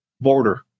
border